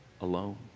alone